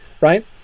right